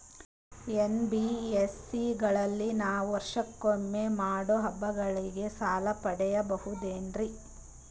NBSC ಗಳಲ್ಲಿ ನಾವು ವರ್ಷಕೊಮ್ಮೆ ಮಾಡೋ ಹಬ್ಬಗಳಿಗೆ ಸಾಲ ಪಡೆಯಬಹುದೇನ್ರಿ?